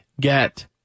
get